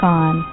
on